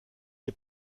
est